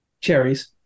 Cherries